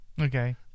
Okay